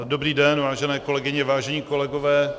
Dobrý den vážené kolegyně, vážení kolegové.